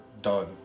done